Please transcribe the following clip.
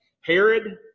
Herod